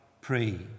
pray